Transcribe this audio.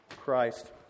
Christ